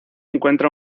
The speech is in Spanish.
encuentra